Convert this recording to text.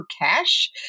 cash